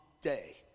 day